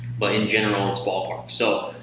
but in general it's. but um so